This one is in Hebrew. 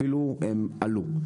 אפילו עלו.